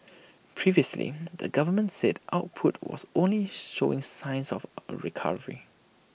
previously the government said output was only showing signs of A recovery